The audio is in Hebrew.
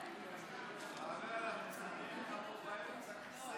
סגן שר הביטחון אלון